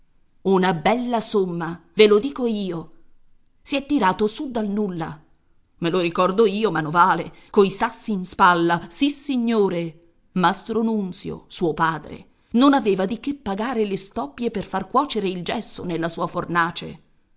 una bella somma ve lo dico io si è tirato su dal nulla me lo ricordo io manovale coi sassi in spalla sissignore mastro nunzio suo padre non aveva di che pagare le stoppie per far cuocere il gesso nella sua fornace